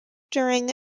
during